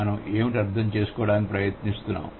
మనం ఏమిటి అర్థం చేసుకోవడానికి ప్రయత్నిస్తున్నాం